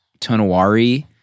Tonawari